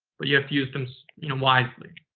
but you have to use them wisely.